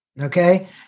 Okay